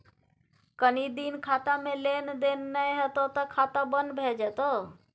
कनी दिन खातामे लेन देन नै हेतौ त खाता बन्न भए जेतौ